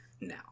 now